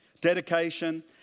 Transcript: Dedication